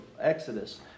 Exodus